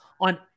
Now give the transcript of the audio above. on